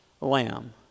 lamb